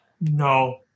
No